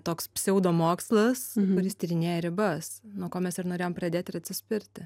toks pseudomokslas kuris tyrinėja ribas nuo ko mes ir norėjom pradėti atsispirti